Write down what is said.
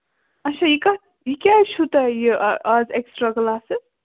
اَچھا یہِ کَتھ یہِ کیٛازِ چھُ تۄہہِ یہِ اَز اٮ۪کٔسٹرا کٔلاسٕز